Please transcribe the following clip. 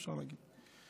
אפשר להגיד.